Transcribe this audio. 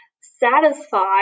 satisfied